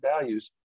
values